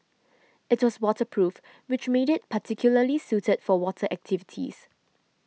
it was waterproof which made it particularly suited for water activities